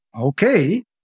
Okay